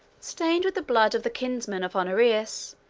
stained with the blood of the kinsmen of honorius,